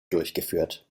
durchgeführt